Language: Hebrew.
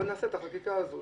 אבל נעשה את החקיקה הזו.